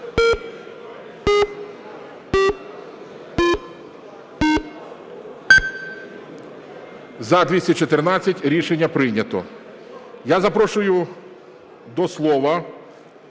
За-203 Рішення прийнято. Я запрошую до слова